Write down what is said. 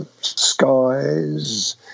skies